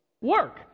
Work